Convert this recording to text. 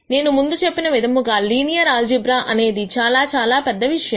నేను ముందుచెప్పిన విధముగా లీనియర్ ఆల్జీబ్రా అనేది చాలా చాలా పెద్ద విషయం